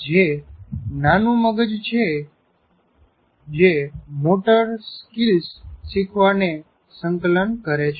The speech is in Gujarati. જે નાનું મગજ છે જે મોટર સ્કીલ્સ શીખવાને સંકલન કરે છે